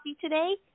today